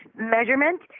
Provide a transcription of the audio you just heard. measurement